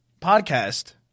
podcast